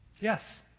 Yes